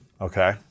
Okay